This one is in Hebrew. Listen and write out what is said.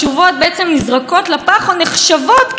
אז באמת, לצד פסקי דין כמו אליס מילר,